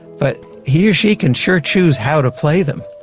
but he or she can sure choose how to play them.